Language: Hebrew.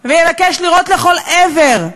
ויבקש לירות לכל עבר.